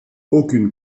aucune